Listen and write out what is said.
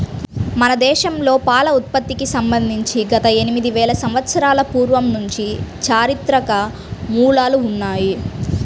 మన దేశంలో పాల ఉత్పత్తికి సంబంధించి గత ఎనిమిది వేల సంవత్సరాల పూర్వం నుంచి చారిత్రక మూలాలు ఉన్నాయి